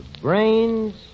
brains